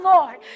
Lord